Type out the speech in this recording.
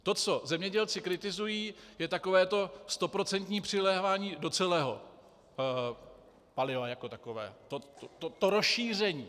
To, co zemědělci kritizují, je takové to stoprocentní přilévání do celého paliva jako takového, to rozšíření.